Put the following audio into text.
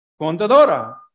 contadora